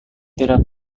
tidak